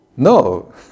No